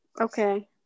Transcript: okay